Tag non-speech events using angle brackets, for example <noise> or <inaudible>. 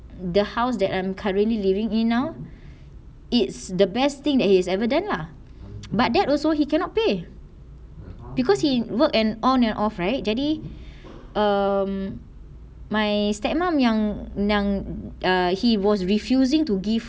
the house that I'm currently living in now it's the best thing that he is evident lah <noise> but that also he cannot pay because he work and on and off right jadi um my step mum yang yang he was refusing to give